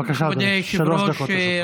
בבקשה, אדוני, שלוש דקות לרשותך.